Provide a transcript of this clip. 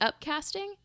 upcasting